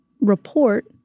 report